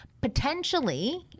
potentially